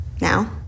Now